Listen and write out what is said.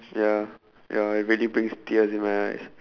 ya ya man really brings tears in my eyes